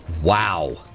Wow